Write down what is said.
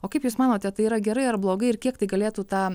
o kaip jūs manote tai yra gerai ar blogai ir kiek tai galėtų tą